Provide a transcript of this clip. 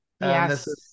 Yes